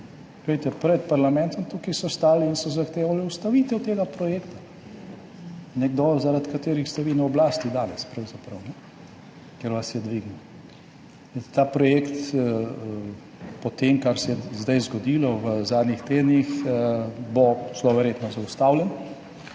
pred parlamentom tukaj so stali in so zahtevali ustavitev tega projekta. Nekdo, zaradi katerega ste vi na oblasti danes, pravzaprav, ker vas je dvignil. Ta projekt bo po tem, kar se je zgodilo zdaj v zadnjih tednih, zelo verjetno zaustavljen.